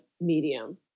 medium